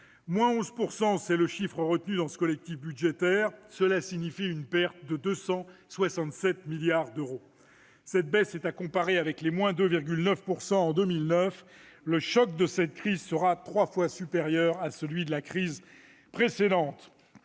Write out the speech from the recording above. de 11 %- c'est le chiffre retenu dans ce collectif budgétaire -, cela signifie une perte de 267 milliards d'euros. Cette baisse est à comparer avec celle de 2,9 % en 2009 ; le choc de cette crise sera donc trois fois supérieur à celui de la crise de